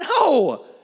No